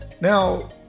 Now